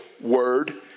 Word